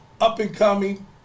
up-and-coming